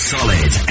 Solid